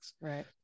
Right